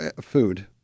food